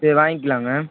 சரி வாங்கிக்கலாம்ங்க